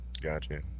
Gotcha